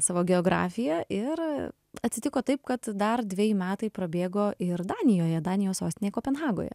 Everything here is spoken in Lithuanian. savo geografiją ir atsitiko taip kad dar dveji metai prabėgo ir danijoje danijos sostinėj kopenhagoje